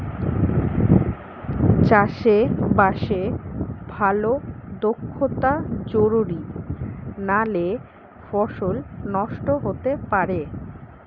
চাষে বাসে ভালো দক্ষতা জরুরি নালে ফসল নষ্ট হতে পারে